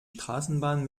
straßenbahn